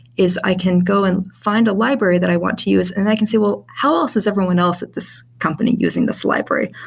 i can go and find a library that i want to use and i can say, well, how else is everyone else at this company using this library?